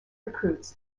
recruits